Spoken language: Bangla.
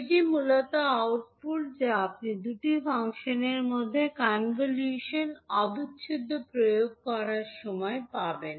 এটি মূলত আউটপুট যা আপনি দুটি ফাংশনের মধ্যে কনভলিউশন অবিচ্ছেদ্য প্রয়োগ করার সময় পাবেন